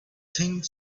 thing